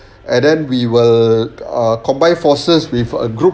and then we will ah combined forces with a group